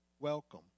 welcome